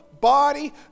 body